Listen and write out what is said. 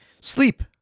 Sleep